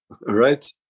right